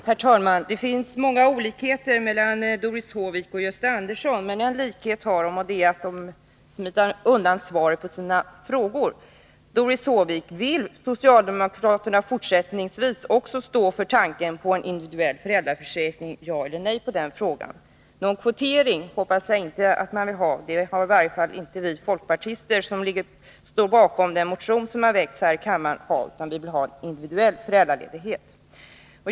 Herr talman! Det finns många olikheter mellan Doris Håvik och Gösta Andersson, men en likhet är att de smiter undan från att svara på ställda frågor. Doris Håvik! Vill socialdemokraterna också fortsättningsvis stå för tanken på en individuell föräldraförsäkring? Kan jag få ett svar — ja eller nej — på den frågan? Jag hoppas att man inte vill ha någon kvotering. Det vill i varje fall inte vi folkpartister som står bakom den motion som väckts, utan vi vill ha individuell föräldraledighet.